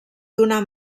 donar